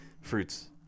Fruits